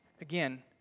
again